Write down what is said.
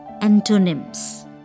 antonyms